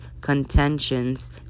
contentions